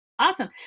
Awesome